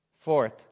Fourth